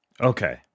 Okay